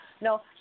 no